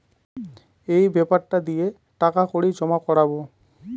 এই বেপারটা দিয়ে টাকা কড়ি জমা করাবো